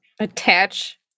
Attach